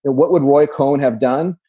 and what would roy cohn have done?